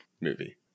movie